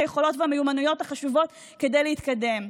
היכולות והמיומנויות החשובות כדי להתקדם.